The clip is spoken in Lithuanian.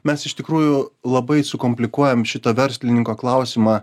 mes iš tikrųjų labai sukomplikuojam šito verslininko klausimą